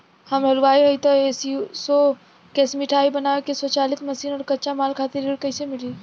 हम हलुवाई हईं त ए.सी शो कैशमिठाई बनावे के स्वचालित मशीन और कच्चा माल खातिर ऋण कइसे मिली?